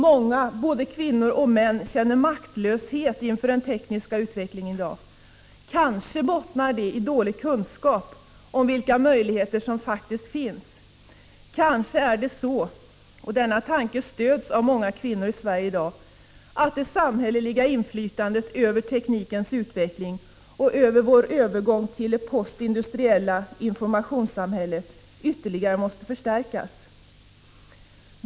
Många, både kvinnor och män, känner maktlöshet inför den tekniska utvecklingen i dag. Kanske bottnar det i dålig kunskap om vilka möjligheter som faktiskt finns. Kanske är det så — denna tanke stöds av många kvinnor i Sverige i dag — att det samhälleliga inflytandet över teknikens utveckling och 105 över vår övergång till det postindustriella informationssamhället ytterligare måste förstärkas.